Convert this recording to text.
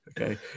okay